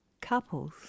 couples